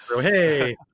Hey